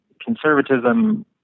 conservatism